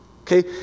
Okay